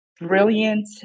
brilliant